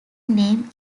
name